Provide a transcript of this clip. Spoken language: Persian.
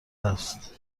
است